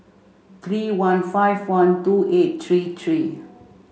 three one five one two eight three three